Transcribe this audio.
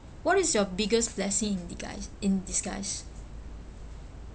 what is your biggest blessing in disguise in disguise